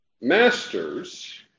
Masters